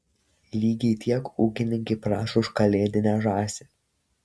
lygiai tiek ūkininkai prašo už kalėdinę žąsį